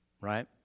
right